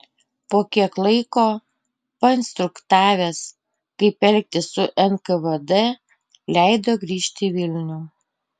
po kiek laiko painstruktavęs kaip elgtis su nkvd leido grįžti į vilnių